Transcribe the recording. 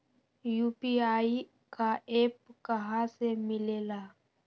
UPI का app कहा से मिलेला?